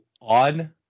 on